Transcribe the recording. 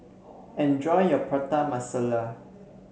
enjoy your Prata Masala